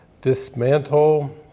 dismantle